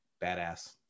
badass